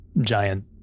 giant